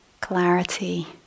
clarity